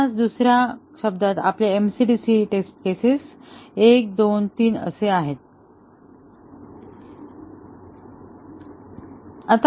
किंवा दुसऱ्या शब्दांत आपले MCDC टेस्टिंग केस 1 2 3 असे असेल